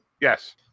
Yes